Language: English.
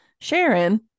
sharon